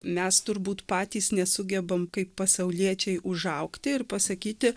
mes turbūt patys nesugebam kaip pasauliečiai užaugti ir pasakyti